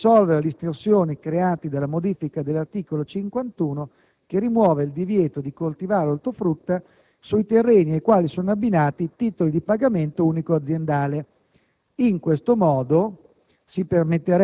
apparente di Bruxelles di risolvere la distorsione creata dalla modifica dell'articolo 51, che rimuove il divieto di coltivare ortofrutta sui terreni ai quali sono abbinati titoli di pagamento unico aziendale.